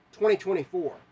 2024